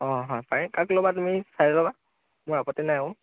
অঁ হয় পাৰে কাক ল'বা তুমি চাই ল'বা মোৰ আগতে নাই একো